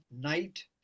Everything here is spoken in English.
night